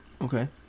Okay